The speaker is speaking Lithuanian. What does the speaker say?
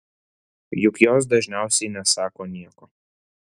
juk jos dažniausiai nesako nieko